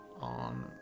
on